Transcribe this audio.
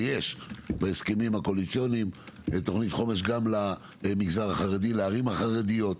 ויש בהסכמים הקואליציוניים תכנית חומש גם למגזר החרדי ולערים החרדיות.